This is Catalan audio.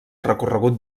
recorregut